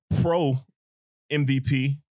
pro-MVP